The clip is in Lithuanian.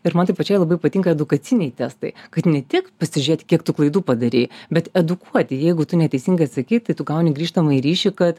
ir man tai pačiai labai patinka edukaciniai testai kad ne tik pasižiūrėt kiek tu klaidų padarei bet edukuoti jeigu tu neteisingai atsakei tai tu gauni grįžtamąjį ryšį kad